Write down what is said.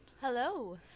Hello